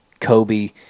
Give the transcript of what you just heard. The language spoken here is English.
Kobe